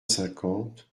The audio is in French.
cinquante